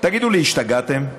תגידו לי, השתגעתם?